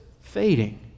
fading